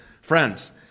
friends